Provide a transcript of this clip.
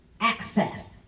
Access